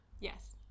yes